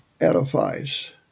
edifies